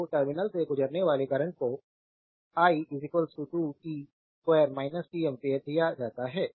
तो टर्मिनल से गुजरने वाले करंट को i 2 t2 t एम्पियर दिया जाता है